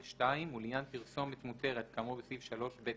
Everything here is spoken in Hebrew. ו-(2), ולעניין פרסומת מותרת כאמור בסעיף 3(ב)(1)